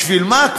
בשביל מה?